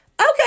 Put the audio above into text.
Okay